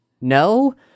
no